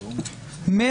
לא.